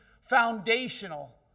foundational